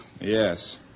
Yes